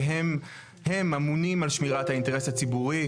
שהם הם אמונים על שמירת האינטרס הציבורי,